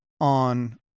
on